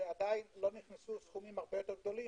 שעדיין לא נכנסו סכומים הרבה יותר גדולים.